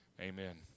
amen